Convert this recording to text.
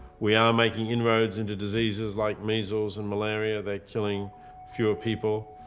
we are making inroads into diseases like measles and malaria they're killing fewer people.